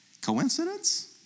coincidence